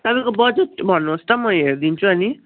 तपाईँको बजेट भन्नुहोस् त म हेरिदिन्छु अनि